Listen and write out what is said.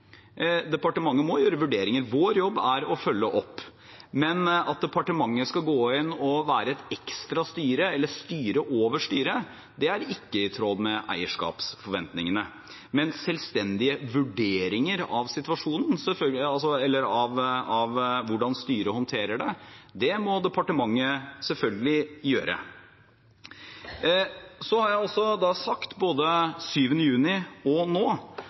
Departementet må gjøre vurderinger. Vår jobb er å følge opp. At departementet skal gå inn og være et ekstra styre, eller styre over styret, er ikke i tråd med eierskapsforventningene. Men selvstendige vurderinger av hvordan styret håndterer situasjonen, må selvfølgelig departementet gjøre. Jeg har også sagt, både 7. juni og nå,